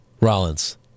Rollins